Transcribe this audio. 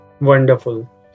Wonderful